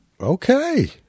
Okay